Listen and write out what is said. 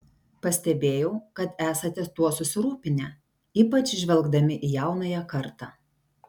pastebėjau kad esate tuo susirūpinę ypač žvelgdami į jaunąją kartą